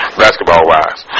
basketball-wise